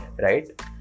right